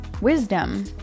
Wisdom